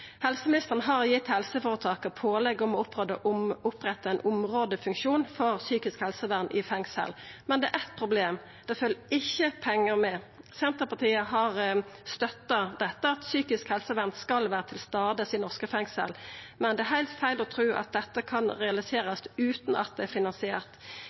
Helseministeren har gitt helseføretaka pålegg om å oppretta ein områdefunksjon for psykisk helsevern i fengsel, men det er eitt problem: Det følgjer ikkje pengar med. Senterpartiet har støtta at psykisk helsevern skal vera til stades i norske fengsel, men det er heilt feil å tru at dette kan realiserast utan at det er finansiert.